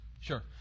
Sure